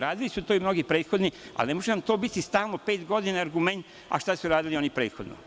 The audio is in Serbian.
Radili su to i mnogi prethodni, ali ne može nam to biti stalno pet godina argument – a šta su radili oni prethodno.